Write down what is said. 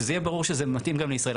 שזה יהיה ברור שזה מתאים גם לישראל.